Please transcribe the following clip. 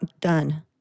done